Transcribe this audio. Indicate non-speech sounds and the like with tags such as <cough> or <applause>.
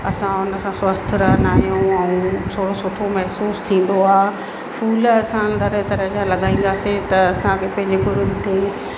असां उन सां स्वस्थ रहंदा आहियूं ऐं थोरो सुठो महसूसु थींदो आहे फूल असां तरह तरह जा लॻाईंदासीं त असांखे पंहिंजे <unintelligible> ते